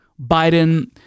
Biden